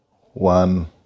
one